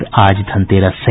और आज धनतेरस है